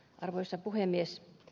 arvoisa puhemies